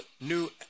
New